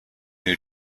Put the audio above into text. new